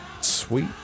sweet